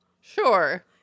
Sure